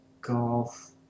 golf